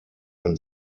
when